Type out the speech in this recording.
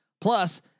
Plus